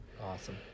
Awesome